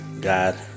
God